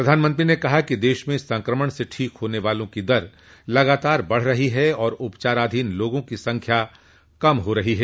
प्रधानमंत्री ने कहा कि देश में संक्रमण से ठीक होने वालों की दर लगातार बढ रही है और उपचाराधीन लोगों की संख्या कम हो रही है